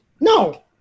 No